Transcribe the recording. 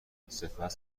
سپس